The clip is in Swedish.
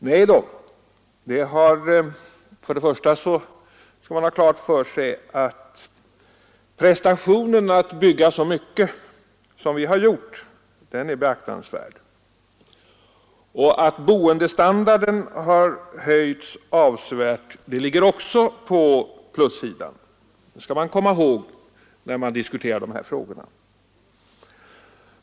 Nej då, till att börja med skall man ha klart för sig att prestationen att bygga så mycket som vi har gjort är beaktansvärd. Att boendestandarden har höjts avsevärt ligger också på plussidan. Det skall man komma ihåg när man diskuterar dessa frågor.